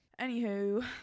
anywho